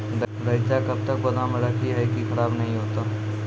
रईचा कब तक गोदाम मे रखी है की खराब नहीं होता?